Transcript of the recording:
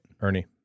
Ernie